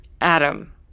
Adam